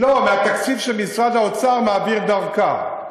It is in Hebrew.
לא, מהתקציב שמשרד האוצר מעביר דרכה.